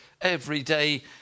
everyday